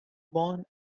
born